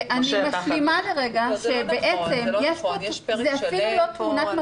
אני משלימה לרגע שבעצם --- זה לא נכון.